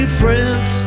friends